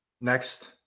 next